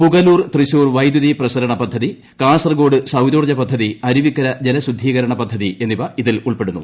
പുഗലൂർ തൃശൂർ വൈദ്യുതി പ്രസരണ പദ്ധതി കാസർഗോഡ് സൌരോർജ്ജ പദ്ധതി അരുവിക്കര ജലശുദ്ധീകരണ പദ്ധതി എന്നിവ ഇതിൽ ഉൾപ്പെടുന്നു